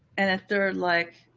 and a third like,